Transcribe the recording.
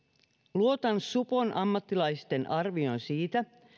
luotan supon ammattilaisten arvioon siitä